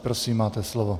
Prosím, máte slovo.